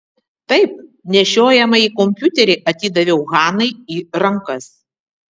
taip nešiojamąjį kompiuterį atidaviau hanai į rankas